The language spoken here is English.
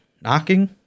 knocking